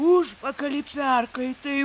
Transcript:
užpakalyje perkaitai